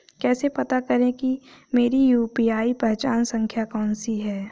कैसे पता करें कि मेरी यू.पी.आई पहचान संख्या कौनसी है?